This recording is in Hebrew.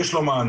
יש לו מענה.